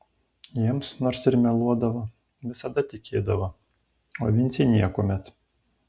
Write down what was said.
jiems nors ir meluodavo visada tikėdavo o vincei niekuomet